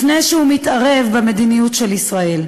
לפני שהוא מתערב במדיניות של ישראל.